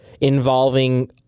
involving